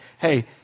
hey